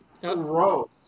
gross